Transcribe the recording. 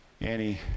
Annie